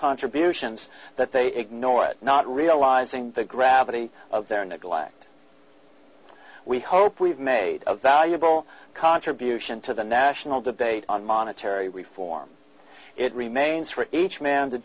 contributions that they ignore it not realizing the gravity of their neglect we hope we've made a valuable contribution to the national debate on monetary reform it remains for each man to